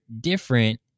different